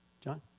John